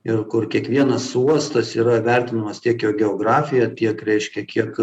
ir kur kiekvienas uostas yra vertinamas tiek ir geografija tiek reiškia kiek